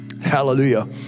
hallelujah